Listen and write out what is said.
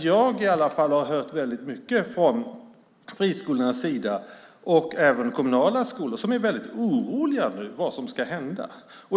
Jag har i alla fall hört väldigt mycket både från friskolornas sida och från kommunala skolor som är väldigt oroliga över vad som ska hända.